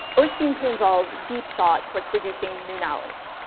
or seem to involve deep thought towards producing new knowledge?